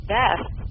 best